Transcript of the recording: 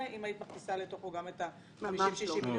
אם היית מכניסה לתוכו גם את ה-50,60 מיליון.